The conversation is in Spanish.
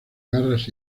garras